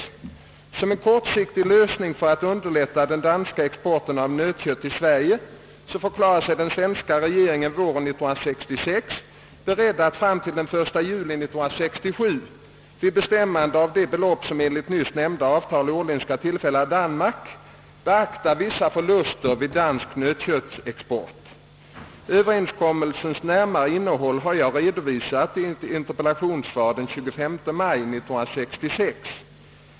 Såsom en kortfristig lösning för att underlätta den danska exporten av nötkött till Sverige förklarade sig den svenska regeringen våren 1966 beredd att fram till den 1 juli 1967 vid bestämmandet av det belopp, som enligt nyss nämnda avtal årligen skall tillfalla Danmark, beakta vissa förluster vid dansk nötköttsexport. Överenskommelsens närmare innehåll har jag redovisat i ett interpellationssvar den 25 maj 1966.